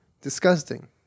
Disgusting